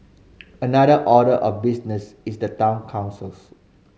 another order of business is the town councils